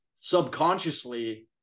subconsciously